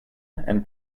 and